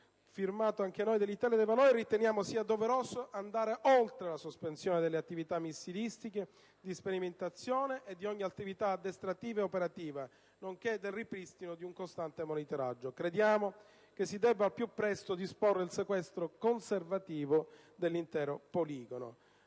aggiunto la nostra firma, riteniamo sia doveroso andare oltre la sospensione delle attività missilistiche di sperimentazione e di ogni altra attività addestrativa o operativa, nonché del ripristino di un costante monitoraggio. Crediamo si debba al più presto disporre il sequestro conservativo dell'intero poligono.